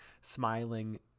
smiling